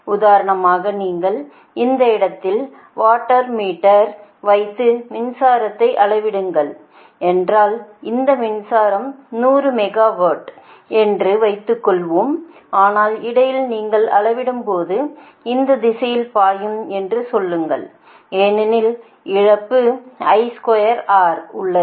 உதாரணமாக நீங்கள் இந்த இடத்தில் வாட்மீட்டர் வைத்து மின்சாரதை அளவிடுகிறீர்கள் என்றால் இந்த மின்சாரம் 100 மெகாவாட் என்று வைத்துக்கொள்வோம் ஆனால் இடையில் நீங்கள் அளவிடும் போது இந்த திசையில் பாயும் என்று சொல்லுங்கள் ஏனெனில் இழப்பு I2R உள்ளது